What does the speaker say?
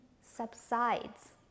subsides